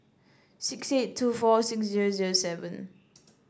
six eight two four six zero zero seven